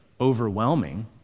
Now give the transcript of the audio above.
overwhelming